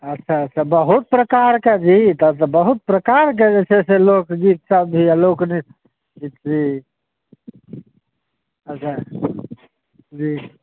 अच्छा अच्छा बहुत प्रकारके छै ई तब तऽ बहुत प्रकारके जे छै से लोकनृत्य सभ अइ आओर लोकगीत जी अच्छा जी